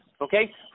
Okay